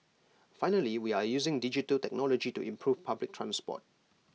finally we are using digital technology to improve public transport